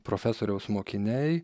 profesoriaus mokiniai